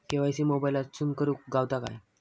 KYC मोबाईलातसून करुक गावता काय?